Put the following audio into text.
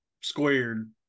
squared